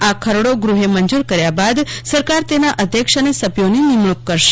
આ ખરડો ગૃહે મંજૂર કર્યા બાદ સરકાર તેના અધ્યક્ષ અને સભ્યોની નિમશુંક કરશે